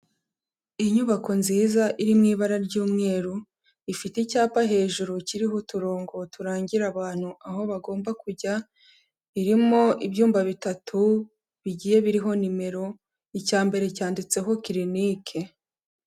Inyubako nziza, iri mu ibara ry'umweru, ifite icyapa hejuru kiriho uturongo turangira abantu aho bagomba kujya, irimo ibyumba bitatu bigiye biriho nimero, icya mbere cyanditseho kirinike.